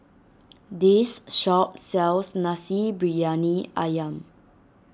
this shop sells Nasi Briyani Ayam